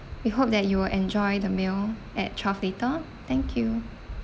we hope that you'll enjoy the meal at twelve later thank you